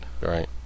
Right